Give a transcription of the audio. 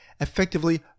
effectively